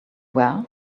were